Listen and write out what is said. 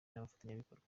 n’abafatanyabikorwa